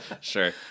Sure